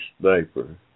Sniper